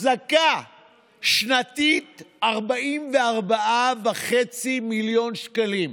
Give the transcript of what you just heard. אחזקה שנתית 44.5 מיליון שקלים.